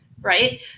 right